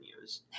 use